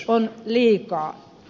on liikaa